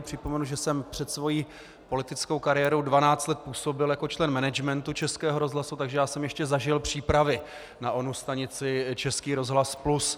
Připomenu, že jsem před svou politickou kariérou dvanáct let působil jako člen managementu Českého rozhlasu, takže jsem ještě zažil přípravy na onu stanici Český rozhlas Plus.